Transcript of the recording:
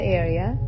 area